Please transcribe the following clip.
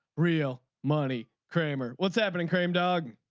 real money. kramer what's happening kramer dog.